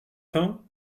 faim